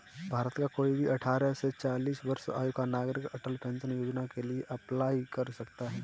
भारत का कोई भी अठारह से चालीस वर्ष आयु का नागरिक अटल पेंशन योजना के लिए अप्लाई कर सकता है